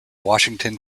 washington